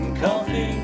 coffee